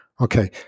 Okay